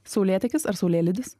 saulėtekis ar saulėlydis